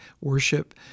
worship